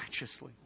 righteously